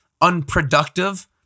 unproductive